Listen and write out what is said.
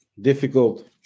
Difficult